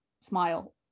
smile